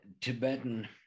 tibetan